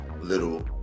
Little